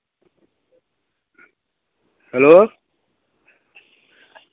hello